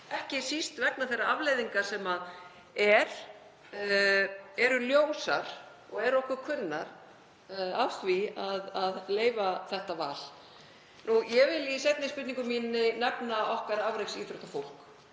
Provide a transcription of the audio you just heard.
ekki síst vegna þeirra afleiðinga sem eru ljósar og eru okkur kunnar af því að leyfa þetta val. Ég vil í seinni spurningu minni nefna okkar afreksíþróttafólk